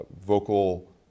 vocal